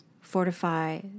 fortify